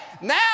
Now